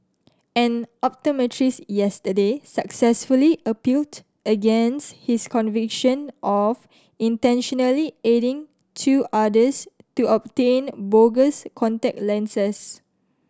an optometrist yesterday successfully appealed against his conviction of intentionally aiding two others to obtain bogus contact lenses